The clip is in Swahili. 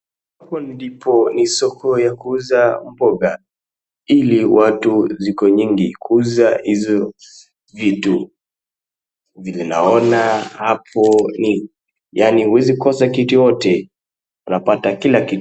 Hapo ndipo ni soko ya kuuza mboga ili watu ziko nyingi kuuza hizo vitu. Vile naona hapo ni yaana huwezi kosa kitu yote unapata kila kitu.